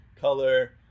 color